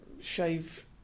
shave